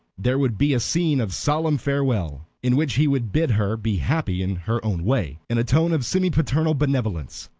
there would be a scene of solemn farewell, in which he would bid her be happy in her own way, in a tone of semi-paternal benevolence,